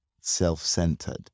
self-centered